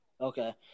Okay